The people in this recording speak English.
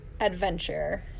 adventure